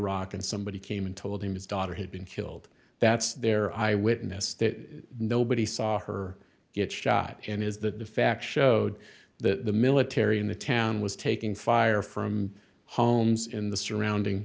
rock and somebody came and told him his daughter had been killed that's their eyewitness that nobody saw her get shot in is that the fact showed that the military in the town was taking fire from homes in the surrounding